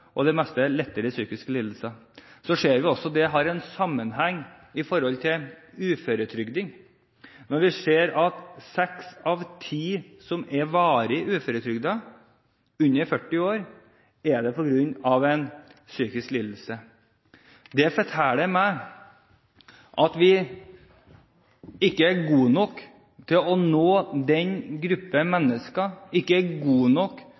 og det meste er lettere psykiske lidelser. Vi ser også at det har en sammenheng med uføretrygding. Seks av ti som er varig uføretrygdet under 40 år, er det på grunn av en psykisk lidelse. Det forteller meg at vi ikke er gode nok til å nå den gruppen mennesker, ikke er gode nok